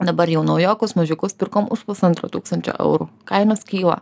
dabar jau naujokus mažiukus pirkom už pusantro tūkstančio eurų kainos kyla